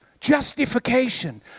justification